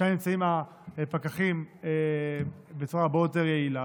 שם נמצאים הפקחים בצורה רבה יותר יעילה,